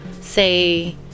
say